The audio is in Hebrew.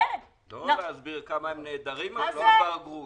את לא יכולה להסביר כמה הם נהדרים אבל לא עבר גרוש.